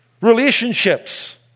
relationships